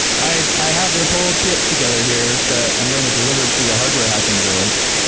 i have this whole kit together here that i'm going to deliver to the hardware hacking village